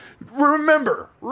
remember